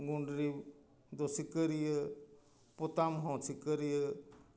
ᱜᱩᱸᱰᱨᱤ ᱫᱚ ᱥᱤᱠᱟᱹᱨᱤᱭᱟᱹ ᱯᱚᱛᱟᱢ ᱦᱚᱸ ᱥᱤᱠᱟᱹᱨᱤᱭᱟᱹ